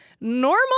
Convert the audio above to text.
normal